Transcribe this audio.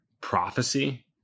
prophecy